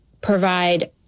provide